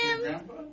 Grandpa